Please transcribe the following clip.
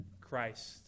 Christ